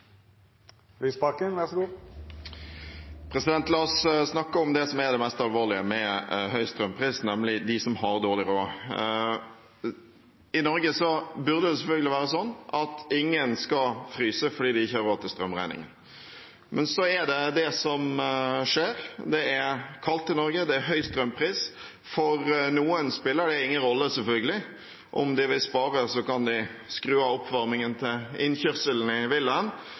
om dem som det er mest alvorlig for når vi har høy strømpris, nemlig de som har dårlig råd. I Norge burde det selvfølgelig være slik at ingen skal fryse fordi de ikke har råd til å betale strømregningen, men det som skjer, er at det er kaldt i Norge, og det er høy strømpris. For noen spiller det selvfølgelig ingen rolle – om de vil spare, kan de skru av oppvarmingen i innkjørselen til villaen